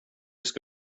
ska